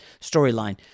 storyline